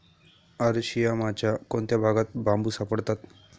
अरशियामाच्या कोणत्या भागात बांबू सापडतात?